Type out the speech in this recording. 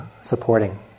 supporting